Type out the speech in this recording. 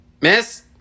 miss